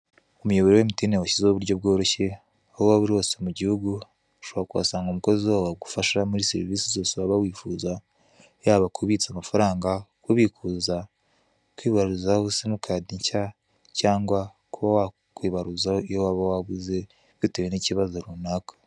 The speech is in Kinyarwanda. Umuyoboro wa emutiyeni washyizeho uburyo bworoshyeba aho waba uri hose mu gihugu ushobora kuhasanga umukozi wabo wagufasha muri serivisi zose waba wifuza yaba kubitsa amafaranga, kubikuza, kwibaruzaho simu kadi nshya cyangwa kuba wakibaruzaho iyo waba wabuze bitewe n'ikibazo runaka.